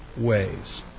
ways